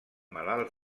malalts